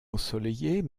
ensoleillés